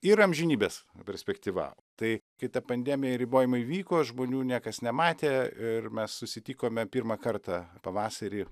ir amžinybės perspektyva tai kai ta pandemija ir ribojimai vyko žmonių niekas nematė ir mes susitikome pirmą kartą pavasarį